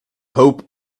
hope